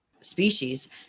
species